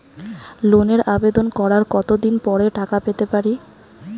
লোনের আবেদন করার কত দিন পরে টাকা পেতে পারি?